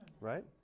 Right